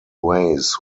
ways